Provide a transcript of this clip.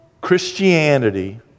Christianity